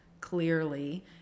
clearly